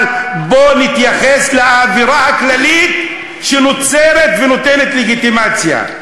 אבל בוא נתייחס לאווירה הכללית שנוצרת ונותנת לגיטימציה.